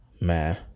Man